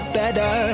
better